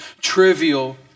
trivial